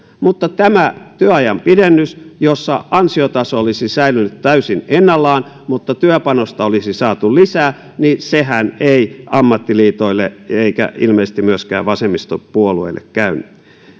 mutta tämä työajan pidennys jossa ansiotaso olisi säilynyt täysin ennallaan mutta työpanosta olisi saatu lisää sehän ei ammattiliitoille eikä ilmeisesti myöskään vasemmistopuolueille käynyt